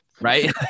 Right